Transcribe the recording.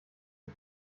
sie